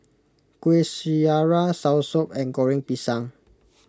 Kuih Syara Soursop and Goreng Pisang